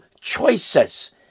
choices